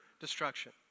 destruction